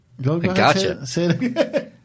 Gotcha